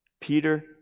Peter